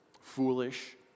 foolish